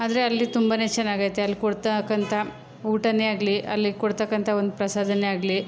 ಆದರೆ ಅಲ್ಲಿ ತುಂಬನೇ ಚೆನ್ನಾಗೈತೆ ಅಲ್ಲಿ ಕೊಡತಕ್ಕಂಥ ಊಟವೇ ಆಗಲಿ ಅಲ್ಲಿ ಕೊಡತಕ್ಕಂಥ ಒಂದು ಪ್ರಸಾದವೇ ಆಗಲಿ